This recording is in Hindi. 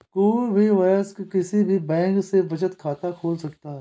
कोई भी वयस्क किसी भी बैंक में बचत खाता खोल सकता हैं